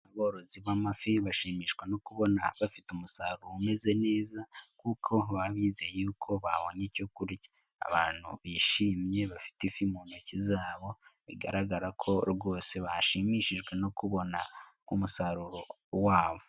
Aborozi b'amafi bashimishwa no kubona bafite umusaruro umeze neza, kuko baba bizeye y'uko babonye icyo kurya, abantu bishimye bafite ifi mu ntoki zabo bigaragara ko rwose bashimishijwe no kubona umusaruro wabo.